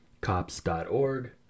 cops.org